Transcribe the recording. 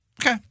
Okay